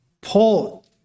Paul